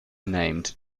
named